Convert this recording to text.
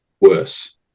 worse